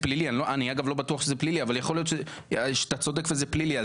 אני לא בטוח שזה פלילי אבל יכול להיות שאתה צודק וזה פלילי,